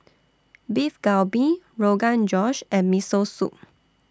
Beef Galbi Rogan Josh and Miso Soup